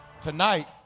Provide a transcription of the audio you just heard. Tonight